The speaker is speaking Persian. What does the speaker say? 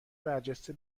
برجسته